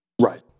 Right